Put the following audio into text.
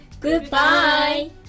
Goodbye